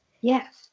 Yes